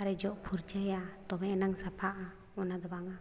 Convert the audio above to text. ᱟᱨᱮ ᱡᱚᱜ ᱯᱷᱟᱨᱪᱟᱭᱟ ᱛᱚᱵᱮ ᱮᱱᱟᱝ ᱥᱟᱯᱷᱟᱜᱼᱟ ᱚᱱᱟᱫᱚ ᱵᱟᱝᱼᱟ